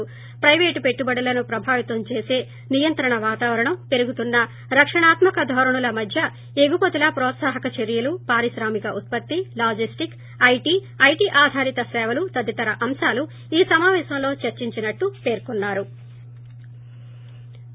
private పెట్టుబడులను ప్రభావితం చేసే నియంత్రణ వాతావరణం పెరుగుతున్న రక్షణాత్మక ధోరణుల మధ్య ఎగుమతుల వ్రోత్సాహక చర్యలు పారిశ్రామిక ఉత్పత్తి లాజిస్టిక్స్ ఐటి ఐటి ఆధారిత సేవలు తదితర అంశాలు ఈ సమావేశంలో చర్చించినట్లు పీర్కొన్సారు